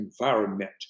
environment